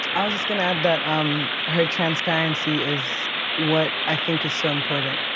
i was just gonna add that um her transparency is what i think is so important.